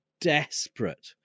desperate